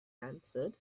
answered